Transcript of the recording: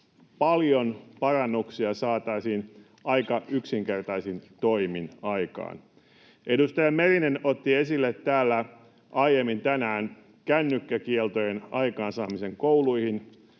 paljon parannuksia saataisiin aika yksinkertaisin toimin aikaan. Edustaja Merinen otti esille täällä aiemmin tänään kännykkäkieltojen aikaansaamisen kouluihin